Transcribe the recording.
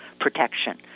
protection